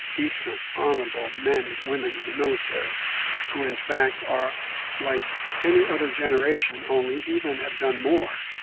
decent, honorable men and women in the military who, in fact, are like any other generation, only even have done more.